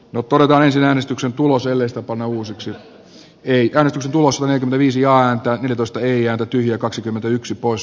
no polkaisi äänestyksen tuloselleesta painuu syksyllä ei kannatustulosvedon viisi ja antaa kiitosta ei jää tyhjä kaksikymmentäyksi pois